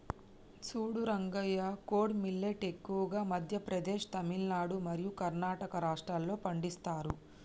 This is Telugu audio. సూడు రంగయ్య కోడో మిల్లేట్ ఎక్కువగా మధ్య ప్రదేశ్, తమిలనాడు మరియు కర్ణాటక రాష్ట్రాల్లో పండిస్తారు